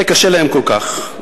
קשה להם כל כך,